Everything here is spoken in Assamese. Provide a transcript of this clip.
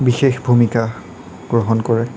বিশেষ ভূমিকা গ্ৰহণ কৰে